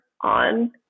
on